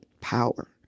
power